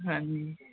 ਹਾਂਜੀ